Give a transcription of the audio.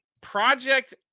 Project